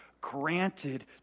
granted